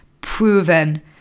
proven